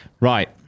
Right